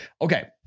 Okay